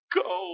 go